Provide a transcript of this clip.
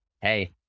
hey